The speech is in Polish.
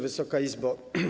Wysoka Izbo!